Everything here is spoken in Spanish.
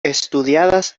estudiadas